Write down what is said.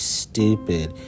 stupid